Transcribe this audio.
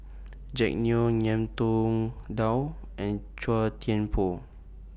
Jack Neo Ngiam Tong Dow and Chua Thian Poh